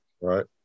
Right